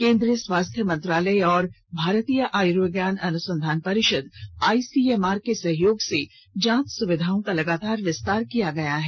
केंद्रीय स्वास्थ्य मंत्रालय और भारतीय आयुर्विज्ञान अनुसंधान परिषद आईसीएमआर के सहयोग से जांच सुविधाओं का लगातार विस्तार किया गया है